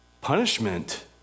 Punishment